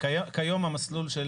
כיום המסלול של